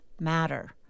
matter